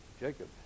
Jacob